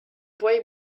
boy